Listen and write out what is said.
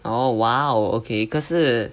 oh !wow! okay 可是